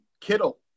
Kittle